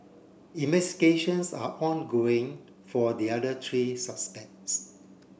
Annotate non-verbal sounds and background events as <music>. <unintelligible> are ongoing for the other three suspects